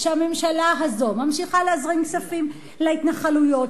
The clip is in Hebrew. כשהממשלה הזאת ממשיכה להזרים כספים להתנחלויות,